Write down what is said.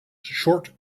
short